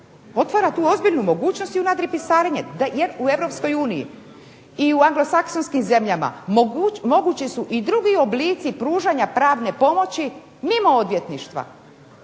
otvara tu ozbiljnu mogućnost i u nadripisarenje jer u Europskoj uniji i u anglosaksonskim zemljama mogući su i drugi oblici pružanja pravne pomoći mimo odvjetništva